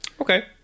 Okay